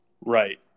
Right